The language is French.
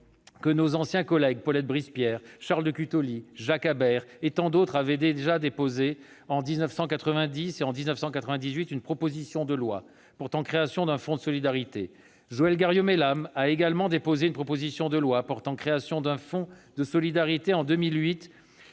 que nos anciens collègues Paulette Brisepierre, Charles de Cuttoli, Jacques Habert et tant d'autres avaient déjà déposé en 1990 et en 1998 une proposition de loi portant création d'un fonds de solidarité. Joëlle Garriaud-Maylam a également déposé une proposition de loi portant création d'un fonds de solidarité en 2008,